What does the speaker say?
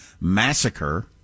massacre